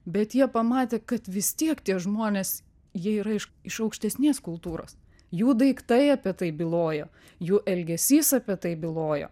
bet jie pamatė kad vis tiek tie žmonės jie yra iš iš aukštesnės kultūros jų daiktai apie tai bylojo jų elgesys apie tai bylojo